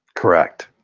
correct.